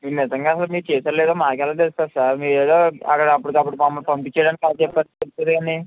మీరు నిజంగా అసలు మీరు చేస్తున్నారో లేదో మాకు ఎలా తెలుస్తుంది సార్ మీరు ఏదో అక్కడ అప్పుడుకి అప్పుడు మమ్మల్ని పంపించేయడానికి అలా చెప్పా చెప్పారు కానీ